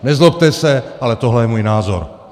Nezlobte se, ale tohle je můj názor.